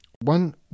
One